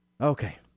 Okay